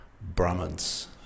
Brahmins